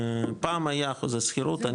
פעם היה חוזה שכירות,